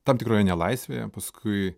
tam tikroje nelaisvėje paskui